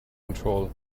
control